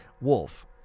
Wolf